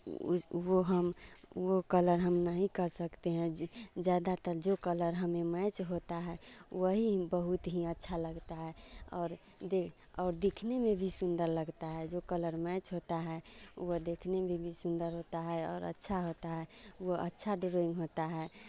उस वह हम वह कलर हम नहीं कर सकते हैं जी ज़्यादातर जो कलर हमें मैच होता है वही बहुत ही अच्छा लगता है और दे और दिखने में भी सुंदर लगता है जो कलर मैच होता है वह देखने में भी सुंदर होता है और अच्छा होता है वह अच्छा डोरोइंग होता है